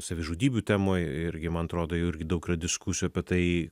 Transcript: savižudybių temoj irgi man atrodo irgi daug diskusijų apie tai